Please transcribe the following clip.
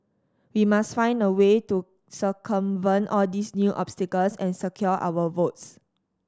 we must find a way to circumvent all these new obstacles and secure our votes